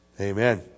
Amen